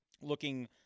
looking